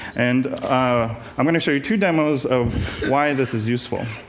and ah i'm going to show you two demos of why this is useful.